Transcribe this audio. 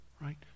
right